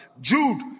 Jude